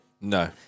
No